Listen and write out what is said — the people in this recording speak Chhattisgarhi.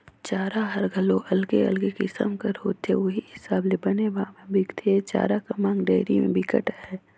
चारा हर घलोक अलगे अलगे किसम कर होथे उहीं हिसाब ले बने भाव में बिकथे, ए चारा कर मांग डेयरी में बिकट अहे